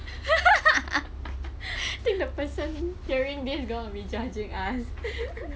think the person hearing this would be judging us